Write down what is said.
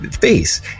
face